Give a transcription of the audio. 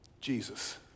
Jesus